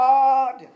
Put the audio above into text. God